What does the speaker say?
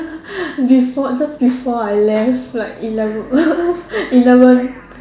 before just before I left like eleven eleven